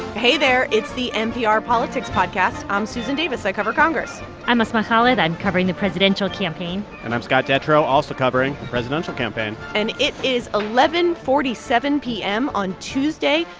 hey, there. it's the npr politics podcast. i'm susan davis. i cover congress i'm asma khalid. i'm covering the presidential campaign and i'm scott detrow, also covering the presidential campaign and it is eleven forty seven p m. on tuesday,